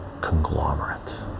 conglomerate